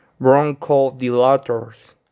Bronchodilators